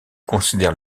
considère